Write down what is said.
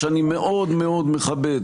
שאני מאוד מאוד מכבד,